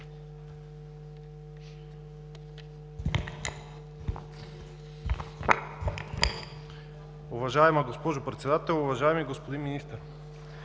Уважаема госпожо Председател, уважаеми господин Министър!